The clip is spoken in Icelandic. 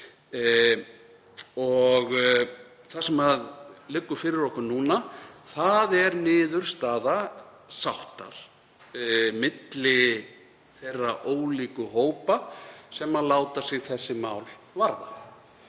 og það sem liggur fyrir okkur núna er niðurstaða sáttar milli þeirra ólíku hópa sem láta sig þessi mál varða